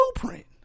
Blueprint